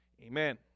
Amen